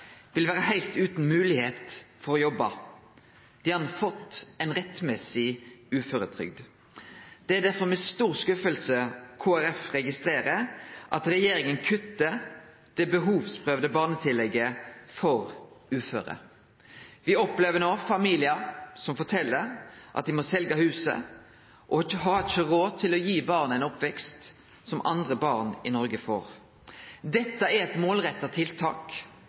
vil vere heilt utan moglegheit til å jobbe. Dei har fått ei rettmessig uføretrygd. Det er derfor med stor skuffelse Kristeleg Folkeparti registrerer at regjeringa kuttar det behovsprøvde barnetillegget for uføre. Me opplever no at familiar fortel at dei må selje huset og ikkje har råd til å gi barnet ei oppvekst som andre barn i Noreg får. Dette er eit målretta tiltak